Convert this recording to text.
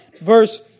Verse